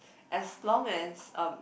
as long as um